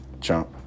Jump